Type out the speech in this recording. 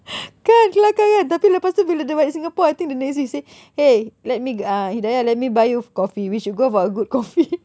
kan kelakar kan tapi lepas tu bila dia balik singapore I think the next he say !hey! let me uh hidayah let me buy you coffee we should go for a good coffee